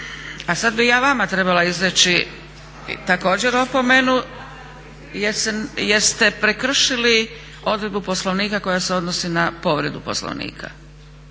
A sad bih ja vama trebala izreći također opomenu, jer ste prekršili odredbu Poslovnika koja se odnosi na povredu Poslovnika.